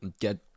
get